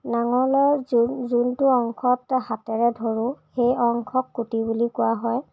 নাঙলৰ যোন যোনটো অংশত হাতেৰে ধৰোঁ সেই অংশক কুটি বুলি কোৱা হয়